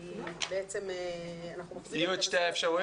כי יהיו את שתי האפשרויות,